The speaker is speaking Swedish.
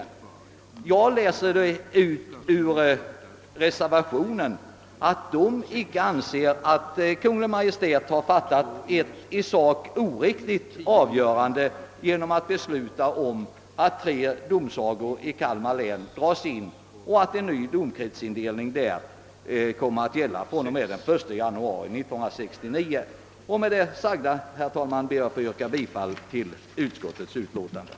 Såsom jag läst reservationen anser reservanterna dock icke att Kungl. Maj:t har förfarit i sak oriktigt genom att besluta om att tre domsagor i Kalmar län skall dras in och att en ny domkretsindelning skall gälla fr.o.m. den 1 januari 1969. Herr talman! Med det anförda ber jag att få yrka bifall till utskottets hemställan.